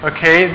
Okay